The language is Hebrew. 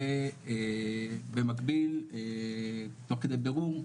ובמקביל תוך כדי בירור,